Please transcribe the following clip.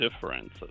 differences